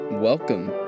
Welcome